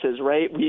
right